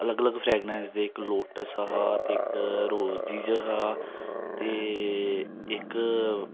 अलग अलग फ्रगनेस दे इक लोटस हा ते इक रोज दी च हा ते इक